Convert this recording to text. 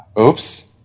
oops